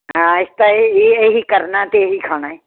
ਹਾਂ ਅਸੀਂ ਤਾਂ ਇਹ ਇਹ ਇਹ ਹੀ ਕਰਨਾ ਅਤੇ ਇਹ ਹੀ ਖਾਣਾ